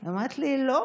היא אומרת לי: לא,